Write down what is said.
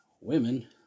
women